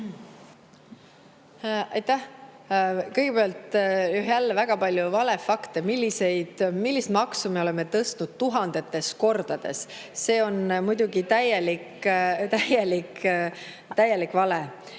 Aitäh! Kõigepealt, jälle väga palju valefakte. Millist maksu me oleme tõstnud tuhandetes kordades? See on muidugi täielik vale.